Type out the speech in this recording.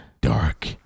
Dark